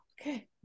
okay